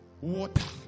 water